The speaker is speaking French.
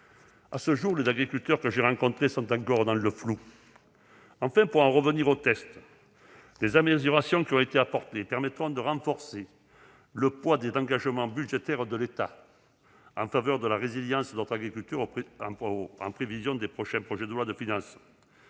À ce jour, les agriculteurs que j'ai rencontrés sont encore dans le flou. Enfin, pour en revenir au texte, les améliorations qui ont été apportées permettront de renforcer le poids de l'engagement budgétaire de l'État en faveur de la résilience de notre agriculture, en prévision des prochains projets de loi de finances.